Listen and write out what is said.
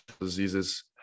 diseases